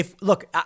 Look